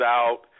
out